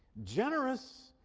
generous,